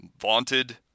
vaunted